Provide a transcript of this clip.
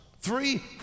three